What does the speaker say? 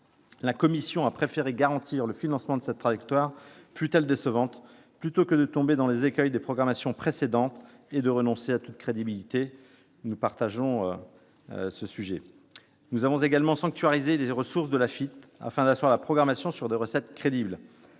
la commission a préféré garantir le financement de cette trajectoire, fût-elle décevante, plutôt que de tomber dans les écueils des programmations précédentes et renoncer à toute crédibilité. Nous avons également sanctuarisé les ressources de l'Afitf, afin d'asseoir la programmation sur des recettes crédibles.